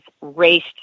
raced